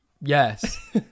Yes